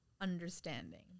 understanding